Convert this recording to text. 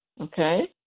Okay